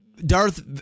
Darth